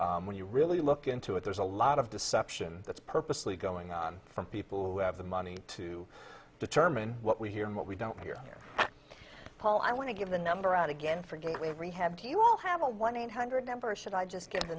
and when you really look into it there's a lot of deception that's purposely going on from people who have the money to determine what we hear and what we don't hear paul i want to give the number out again for gateway rehab you all have a one eight hundred number should i just get the